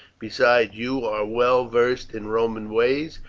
besides, you are well versed in roman ways,